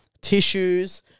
Tissues